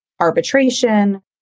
arbitration